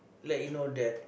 let you know that